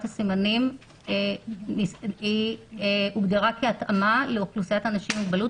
הסימנים הוגדרה כהתאמה לאוכלוסיית אנשים עם מוגבלות,